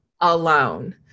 alone